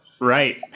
right